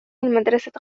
المدرسة